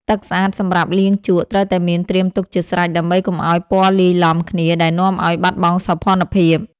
ទឹកស្អាតសម្រាប់លាងជក់ ត្រូវតែមានត្រៀមទុកជាស្រេចដើម្បីកុំឱ្យពណ៌លាយឡំគ្នាដែលនាំឱ្យបាត់បង់សោភ័ណភាព។